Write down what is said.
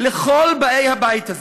לכל באי הבית הזה,